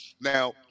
Now